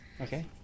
Okay